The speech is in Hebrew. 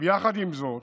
יחד עם זאת,